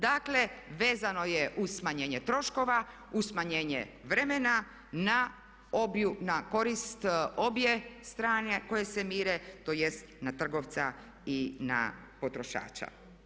Dakle, vezano je uz smanjenje troškova, uz smanjenje vremena na korist obje strane koje se mire, tj. na trgovca i na potrošača.